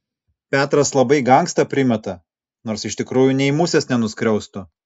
petras labai gangsta primeta nors iš tikrųjų nei musės nenuskriaustų